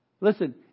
Listen